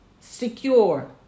secure